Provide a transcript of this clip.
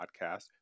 podcast